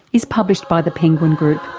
is published by the penguin group.